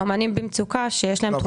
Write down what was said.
לאמנים במצוקה שיש להם תרומה --- לא,